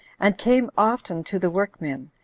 and came often to the workmen,